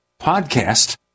podcast